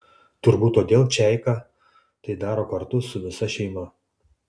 turbūt todėl čeika tai daro kartu su visa šeima